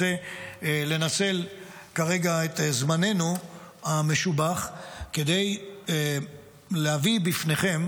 אני רוצה לנצל כרגע את זמננו המשובח כדי להביא בפניכם